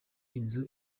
inzu